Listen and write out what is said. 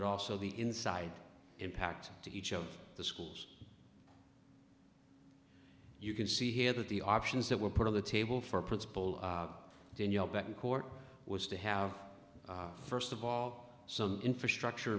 but also the inside impact to each of the schools you can see here that the options that were put on the table for principal danielle betancourt was to have first of all some infrastructure